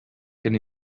can